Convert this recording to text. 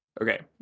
okay